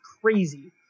crazy